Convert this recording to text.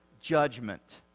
judgment